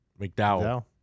McDowell